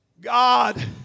God